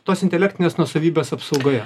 tos intelektinės nuosavybės apsaugoje